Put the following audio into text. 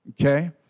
Okay